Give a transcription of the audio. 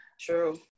True